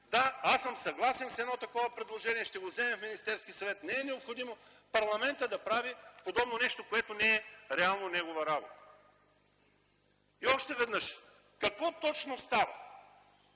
да, аз съм съгласен с едно такова предложение, ще го вземем в Министерския съвет. Не е необходимо парламентът да прави подобно нещо, което не е реално негова работа. И още веднъж: какво точно става?